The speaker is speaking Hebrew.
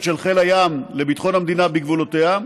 של חיל הים לביטחון המדינה בגבולותיה,